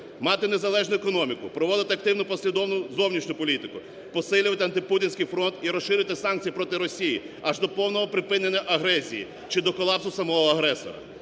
Мати незалежну економіку, проводити активну послідовну зовнішню політику. Посилювати антипутінський фронт і розширити санкції проти Росії аж до повного припинення агресії чи до колапсу самого агресора.